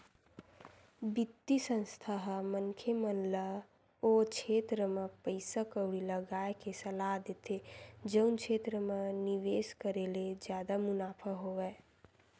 बित्तीय संस्था ह मनखे मन ल ओ छेत्र म पइसा कउड़ी लगाय के सलाह देथे जउन क्षेत्र म निवेस करे ले जादा मुनाफा होवय